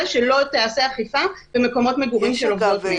שלא תיעשה אכיפה במקומות מגורים של עובדות מין.